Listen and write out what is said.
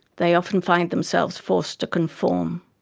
they often find themselves forced to conform,